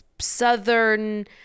Southern